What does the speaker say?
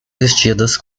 vestidas